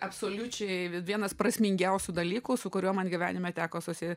absoliučiai vienas prasmingiausių dalykų su kuriuo man gyvenime teko susi